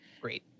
Great